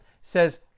says